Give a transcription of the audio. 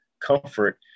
comfort